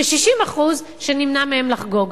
ו-60% שנמנע מהם לחגוג.